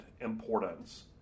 importance